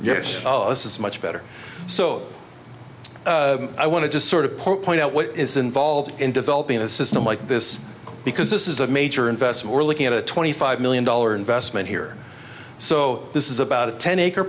yes this is much better so i want to just sort of point out what is involved in developing a system like this because this is a major or investment we're looking at a twenty five million dollars investment here so this is about a ten acre